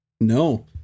No